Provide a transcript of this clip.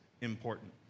important